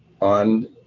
on